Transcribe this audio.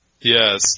yes